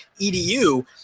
EDU